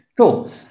cool